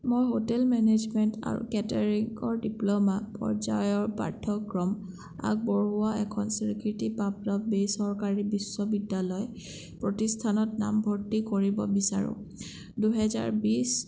মই hotel management আৰু কেটাৰিংৰ ডিপ্ল'মা পৰ্যায়ৰ পাঠ্যক্ৰম আগবঢ়োৱা এখন স্বীকৃতিপ্ৰাপ্ত বেচৰকাৰী বিশ্ববিদ্যালয় প্ৰতিষ্ঠানত নামভৰ্তি কৰিব বিচাৰোঁ দুই হাজাৰ বিছ